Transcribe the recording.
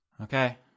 Okay